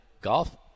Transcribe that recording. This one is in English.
golf